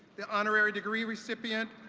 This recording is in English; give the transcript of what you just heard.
the honorary degree recipient,